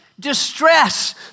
distress